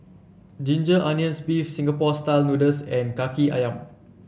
Ginger Onions beef Singapore style noodles and kaki ayam